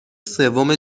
سوم